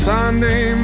Sunday